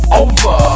over